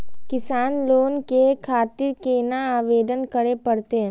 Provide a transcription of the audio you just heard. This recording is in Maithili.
किसान लोन के खातिर केना आवेदन करें परतें?